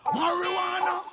Marijuana